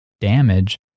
damage